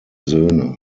söhne